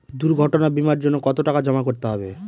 দুর্ঘটনা বিমার জন্য কত টাকা জমা করতে হবে?